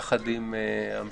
יחד עם המשותפת.